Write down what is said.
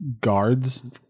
guards